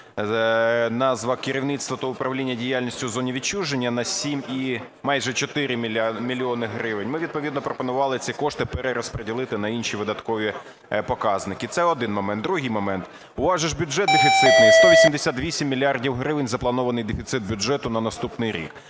назва "Керівництво та управління діяльністю в зоні відчуження" майже на 7,4 мільйона гривень, ми відповідно пропонували ці кошти перерозподілити на інші видаткові показники. Це один момент. Другий момент. У вас же бюджет дефіцитний, 188 мільярдів гривень запланований дефіцит бюджет на наступний рік.